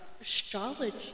Astrology